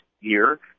year